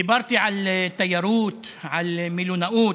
דיברתי על תיירות ועל מלונאות,